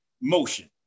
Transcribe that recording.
motion